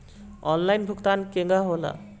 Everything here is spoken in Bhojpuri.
आनलाइन भुगतान केगा होला?